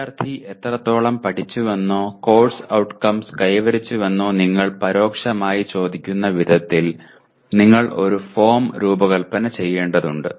വിദ്യാർത്ഥി എത്രത്തോളം പഠിച്ചുവെന്നോ കോഴ്സ് ഔട്ട്കംസ് കൈവരിച്ചുവെന്നോ നിങ്ങൾ പരോക്ഷമായി ചോദിക്കുന്ന വിധത്തിൽ നിങ്ങൾ ഒരു ഫോം രൂപകൽപ്പന ചെയ്യേണ്ടതുണ്ട്